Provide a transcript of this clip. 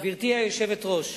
גברתי היושבת-ראש,